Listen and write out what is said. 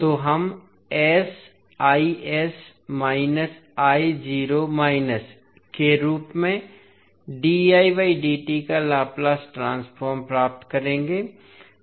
तो हम के रूप में का लैप्लस ट्रांसफॉर्म प्राप्त करेंगे